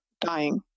dying